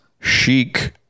chic